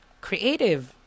creative